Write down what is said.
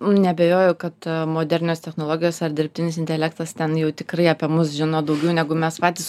neabejoju kad modernios technologijos ar dirbtinis intelektas ten jau tikrai apie mus žino daugiau negu mes patys